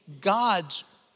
God's